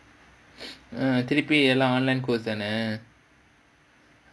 uh therapy எல்லாம்:ellaam online course தானே:thaanae